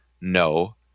No